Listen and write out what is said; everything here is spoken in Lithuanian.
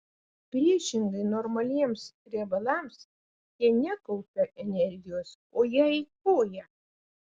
priešingai normaliems riebalams jie nekaupia energijos o ją eikvoja